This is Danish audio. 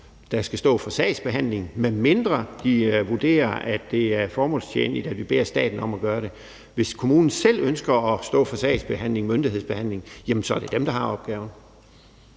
der skal stå for sagsbehandlingen, medmindre de vurderer, at det er formålstjenligt, at vi beder staten om at gøre det. Men hvis kommunen selv ønsker at stå for sagsbehandlingen, myndighedsbehandlingen, så er det dem, der har opgaven.